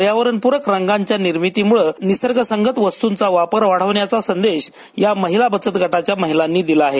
पर्यावरणपुरक रंगांच्या निर्मितीमुळे निसर्ग संगत वस्तूंचा वापर वाढवण्याचा संदेश या महिला बचत गटाच्या महिलांनी दिला आहे